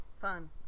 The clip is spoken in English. fun